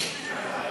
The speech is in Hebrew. לעצמאים,